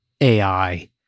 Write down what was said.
AI